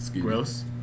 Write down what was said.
Gross